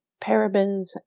parabens